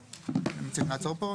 מציע שנעצור פה,